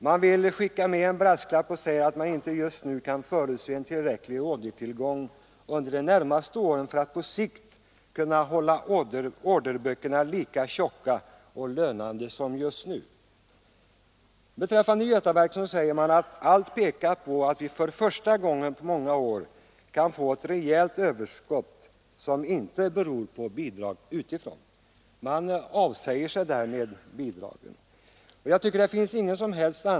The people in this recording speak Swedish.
Man skickar emellertid med en brasklapp om att man inte för tillfället kan förutse en tillräcklig ordertillgång under de närmaste åren för att på sikt kunna hålla orderböckerna lika tjocka och lönande som just nu. Beträffande Götaverken säger man att allt pekar på att företaget för första gången på många år kan få ett reellt överskott, som inte beror på bidrag utifrån. Man avsäger sig därmed bidrag.